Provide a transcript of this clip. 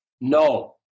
No